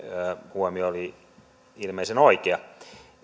huomio oli ilmeisen oikea